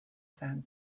sand